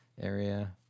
area